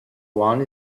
one